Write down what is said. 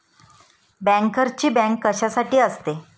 बँकर्सची बँक कशासाठी असते?